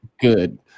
Good